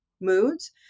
moods